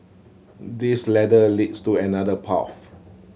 this ladder leads to another path